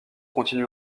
continue